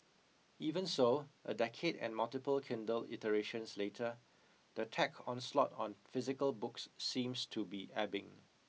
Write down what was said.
even so a decade and multiple Kindle iterations later the tech onslaught on physical books seems to be ebbing